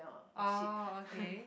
orh okay